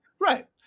Right